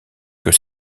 que